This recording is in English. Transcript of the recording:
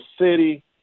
city